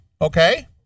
Okay